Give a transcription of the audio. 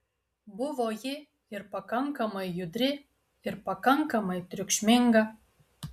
buvo ji ir pakankamai judri ir pakankamai triukšminga